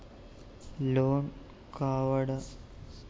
Loan కావడానికి ఎలాంటి పూచీకత్తు లేకుండా లోన్ ఇస్తారా దానికి ఏమైనా ఉంటుందా?